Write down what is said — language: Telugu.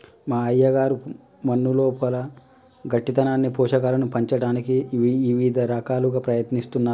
మా అయ్యగారు మన్నులోపల గట్టితనాన్ని పోషకాలను పంచటానికి ఇవిద రకాలుగా ప్రయత్నిస్తున్నారు